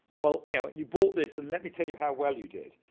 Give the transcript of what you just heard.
well you know you bought this and let me tell you how well you did,